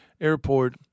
airport